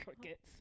crickets